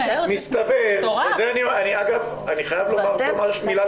מסתבר, את זה אני אגב חייב לומר משהו למשרד